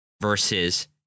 versus